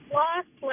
lost